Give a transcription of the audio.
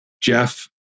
Jeff